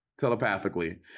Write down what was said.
telepathically